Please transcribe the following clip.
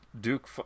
Duke